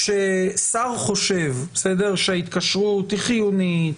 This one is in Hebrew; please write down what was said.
כששר חושב שההתקשרות היא חיונית,